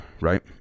Right